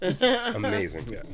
amazing